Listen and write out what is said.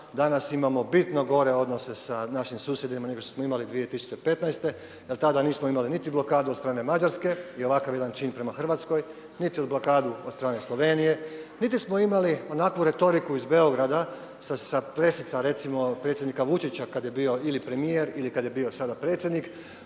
danas imamo bitno gore odnose sa našim susjedima nego što smo imali 2015. jer tada nismo imali blokadu niti od strane Mađarske i ovakav jedan čin prema Hrvatskoj, niti blokadu od strane Slovenije, niti smo imali onakvu retoriku iz Beograda sa pressica recimo predsjednika Vučića kad je bio ili premijer ili kad je bio sada predsjednik